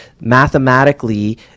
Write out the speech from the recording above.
Mathematically